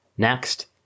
Next